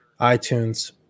iTunes